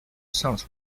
sons